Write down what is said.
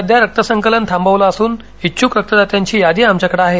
सध्या रक्त संकलन थांबवल असून इच्छुक रक्तदात्यांची यादी आमच्याकडे आहे